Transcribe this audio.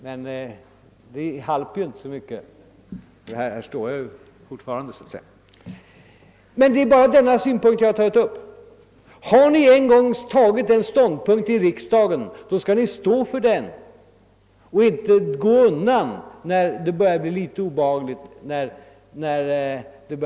Men det halp ju inte, ty här står jag fortfarande som synes. Det är alltså bara denna punkt jag har tagit upp: Har ni en gång tagit en ståndpunkt i riksdagen skall ni stå för den och inte väja undan när det börjar bli litet obehagligt.